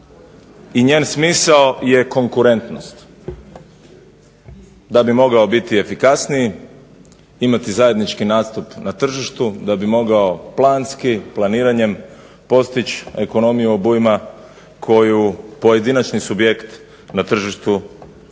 i njen smisao je konkurentnost da bi mogao biti efikasniji, imati zajednički nastup na tržištu, da bi mogao planski, planiranjem postići ekonomiju obujma koju pojedinačni subjekt na tržištu ne